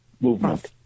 movement